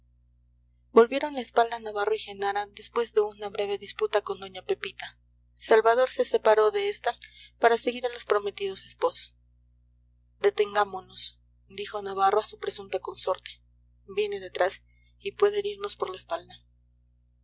volvieron la espalda navarro y genara después de una breve disputa con doña pepita salvador se separó de esta para seguir a los prometidos esposos detengámonos dijo navarro a su presunta consorte viene detrás y puede herirnos por la espalda